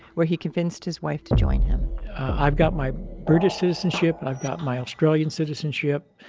where he convinced his wife to join him i've got my british citizenship. i've got my australian citizenship,